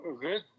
Good